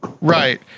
Right